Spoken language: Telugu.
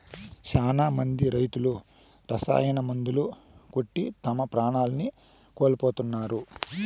శ్యానా మంది రైతులు రసాయన మందులు కొట్టి తమ ప్రాణాల్ని కోల్పోతున్నారు